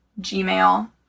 Gmail